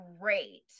great